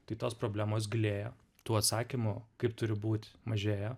tai tos problemos gilėja tų atsakymų kaip turi būt mažėja